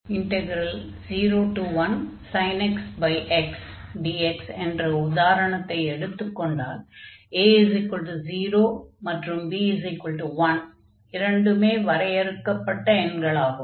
01x xdx என்ற உதாரணத்தை எடுத்துக் கொண்டால் a 0 மற்றும் b 1 இரண்டுமே வரையறுக்கப்பட்ட எண்கள் ஆகும்